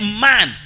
man